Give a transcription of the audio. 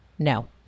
No